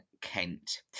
Kent